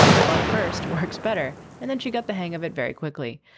but first works better and then she got the hang of it very quickly,